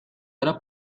era